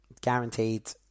guaranteed